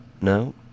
No